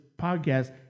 podcast